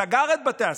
סגר את בתי הספר,